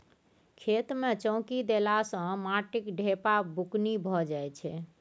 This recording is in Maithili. खेत मे चौकी देला सँ माटिक ढेपा बुकनी भए जाइ छै